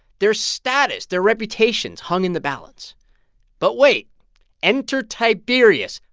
their status, their reputations, hung in the balance but wait enter tiberius.